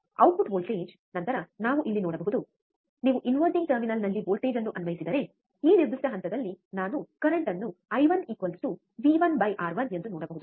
output voltage ನಂತರ ನಾವು ಇಲ್ಲಿ ನೋಡಬಹುದು ನೀವು ಇನ್ವರ್ಟಿಂಗ್ ಟರ್ಮಿನಲ್ನಲ್ಲಿ ವೋಲ್ಟೇಜ್ ಅನ್ನು ಅನ್ವಯಿಸಿದರೆ ಈ ನಿರ್ದಿಷ್ಟ ಹಂತದಲ್ಲಿ ನಾನು ಪ್ರವಾಹವನ್ನು ಐ1ವಿ1ಆರ್1 I1 V1 R1 ಎಂದು ನೋಡಬಹುದು